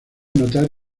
notar